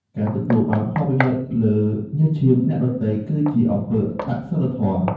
ការទទួលបានផលប្រយោជន៍លើញើសឈាមអ្នកដទៃ គឺជាអំពើអសុីលធម៌។